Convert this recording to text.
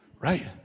Right